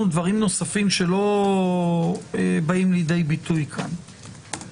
דברים נוספים שלא באים לידי ביטוי כאן,